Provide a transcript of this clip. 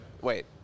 wait